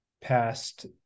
past